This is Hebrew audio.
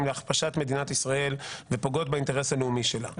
להכפשת מדינת ישראל ופוגעות באינטרס הלאומי שלה".